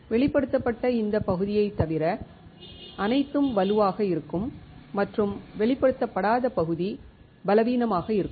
வெளிப்படுத்தப்பட்ட இந்த பகுதியைத் தவிர அனைத்தும் வலுவாக இருக்கும் மற்றும் வெளிப்படுத்தப்படாத பகுதி பலவீனமாக இருக்கும்